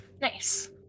Nice